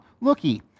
looky